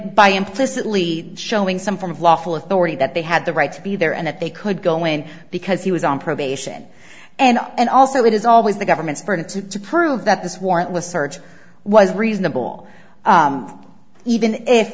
by implicitly showing some form of lawful authority that they had the right to be there and that they could go in because he was on probation and and also it is always the government's burden to to prove that this warrantless search was reasonable even if